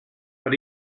but